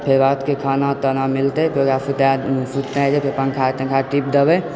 फेर रातिके खाना ताना मिलतै फेर सुताकऽ फेर पङ्खा तङ्खा टीप देबै